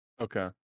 okay